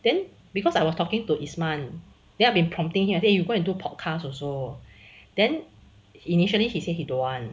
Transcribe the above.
then because I was talking to isman then I've been prompting him I say you go and do podcast also then initially he say he don't want